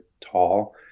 tall